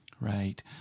Right